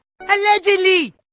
Allegedly